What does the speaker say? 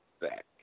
back